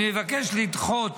אני מבקש לדחות